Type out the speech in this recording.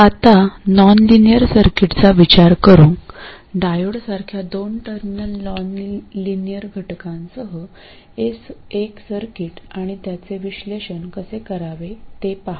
आता नॉनलिनियर सर्किटचा विचार करू डायोड सारख्या दोन टर्मिनल नॉनलिनियर घटकांसह एक सर्किट आणि त्याचे विश्लेषण कसे करावे ते पहा